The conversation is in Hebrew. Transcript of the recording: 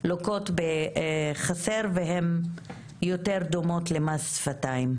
לוקות בחסר והן יותר דומות למס שפתיים.